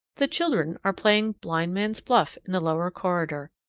the children are playing blind man's buff in the lower corridor.